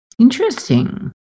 Interesting